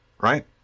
right